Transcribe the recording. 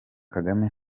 kagame